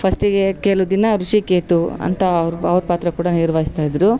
ಫಸ್ಟಿಗೆ ಕೆಲ್ವು ದಿನ ಋಷಿಕೇತು ಅಂತ ಅವರು ಅವ್ರು ಪಾತ್ರ ಕೂಡ ನಿರ್ವಹಿಸ್ತಾ ಇದ್ರು